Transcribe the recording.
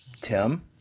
Tim